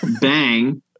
Bang